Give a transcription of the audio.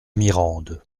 mirande